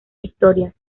victorias